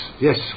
Yes